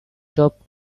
top